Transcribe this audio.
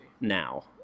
Now